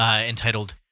entitled